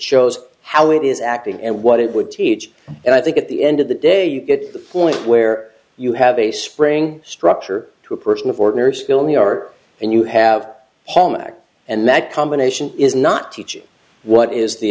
shows how it is acting and what it would teach and i think at the end of the day you get the point where you have a spring structure to a person of ordinary skill and they are and you have and that combination is not teach you what is the